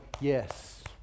yes